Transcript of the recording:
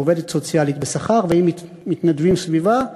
עם עובדת סוציאלית בשכר ועם מתנדבים סביבה.